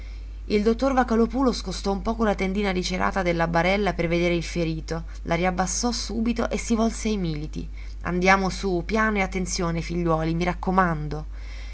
il dottor vocalòpulo scostò un poco la tendina di cerata della barella per vedere il ferito la riabbassò subito e si volse ai militi andiamo su piano e attenzione figliuoli mi raccomando